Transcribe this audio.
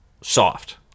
soft